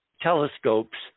telescopes